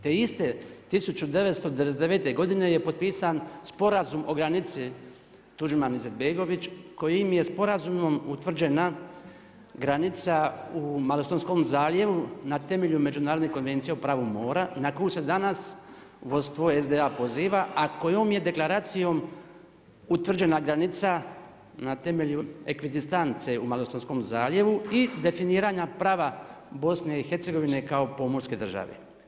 Te iste 1999. godine je potpisan Sporazum o granici Tuđman-Izetbegović kojim je sporazumom utvrđena granica u Malostonskom zaljevu na temelju Međunarodne konvencije o pravu mora na koju se danas vodstvo SDA poziva, a kojom je deklaracijom utvrđena granica na temelju ekvidistance u Malostonskom zaljevu i definiranja prava BiH kao pomorske države.